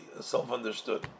Self-understood